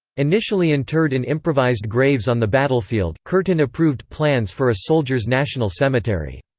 initially interred in improvised graves on the battlefield, curtin approved plans for a soldier's national cemetery.